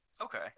Okay